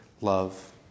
love